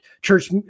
Church